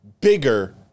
bigger